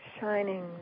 shining